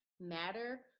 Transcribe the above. matter